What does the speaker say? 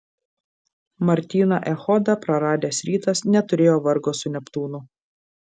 martyną echodą praradęs rytas neturėjo vargo su neptūnu